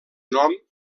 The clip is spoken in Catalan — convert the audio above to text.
nom